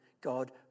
God